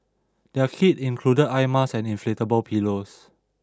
their kit included eye masks and inflatable pillows